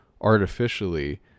artificially